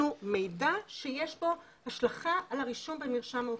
מידע שיש בו השלכה על הרישום במרשם האוכלוסין.